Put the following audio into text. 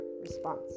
response